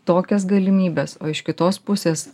tokias galimybes o iš kitos pusės